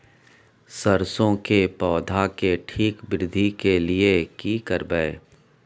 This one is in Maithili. सरसो के पौधा के ठीक वृद्धि के लिये की करबै?